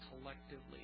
collectively